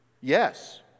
yes